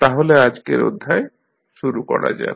তাহলে আজকের অধ্যায় শুরু করা যাক